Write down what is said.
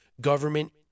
government